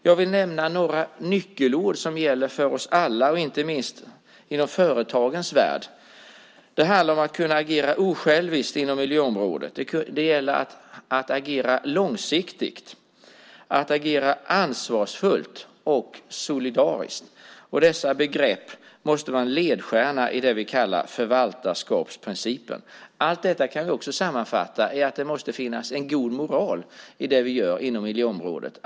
Jag vill nämna några nyckelord som gäller för oss alla, inte minst inom företagens värld. Det handlar om att kunna agera osjälviskt på miljöområdet. Det gäller att agera långsiktigt, ansvarsfullt och solidariskt. Dessa begrepp måste vara en ledstjärna i det vi kallar förvaltarskapsprincipen. Allt detta kan vi sammanfatta i att det måste finnas en god moral i det vi gör på miljöområdet.